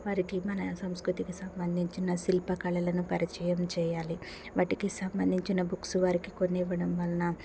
వారికి మన సంస్కృతికి సంబంధించిన శిల్పకళలను పరిచయం చేయాలి వాటికి సంబంధించిన బుక్స్ వారికి కొన్ని ఇవ్వడం వల్ల